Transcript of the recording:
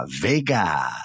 Vega